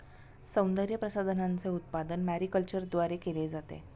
सौंदर्यप्रसाधनांचे उत्पादन मॅरीकल्चरद्वारे केले जाते